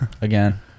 again